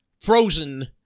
frozen